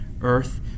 Earth